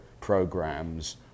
programs